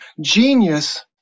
genius